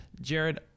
Jared